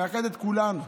מאחד את כולנו.